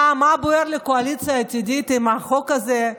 מה בוער לקואליציה העתידית עם החוק הזה?